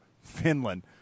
Finland